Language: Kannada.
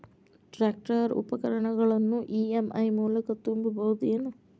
ಟ್ರ್ಯಾಕ್ಟರ್ ಉಪಕರಣಗಳನ್ನು ಇ.ಎಂ.ಐ ಮೂಲಕ ತುಂಬಬಹುದ ಏನ್?